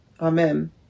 Amen